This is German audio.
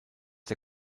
der